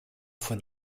von